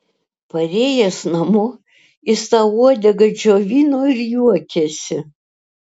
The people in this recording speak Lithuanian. parėjęs namo jis tą uodegą džiovino ir juokėsi